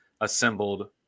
assembled